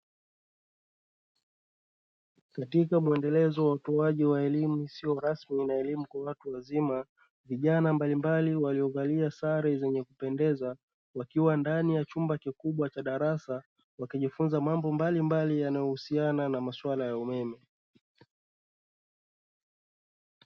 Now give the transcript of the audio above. Katika mwendelezo wa utoaji wa elimu isiyo rasmi na elimu kwa watu wazima, vijana mbalimbali waliovalia sare zenye kupendeza wakiwa ndani ya chumba kikubwa cha darasa, wakijifunza mambo mbalimbali yanayohusiana na masuala ya umeme.